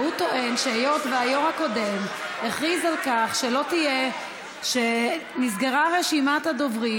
והוא טוען שהיות שהיו"ר הקודם הכריז שנסגרה רשימת הדוברים,